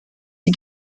sie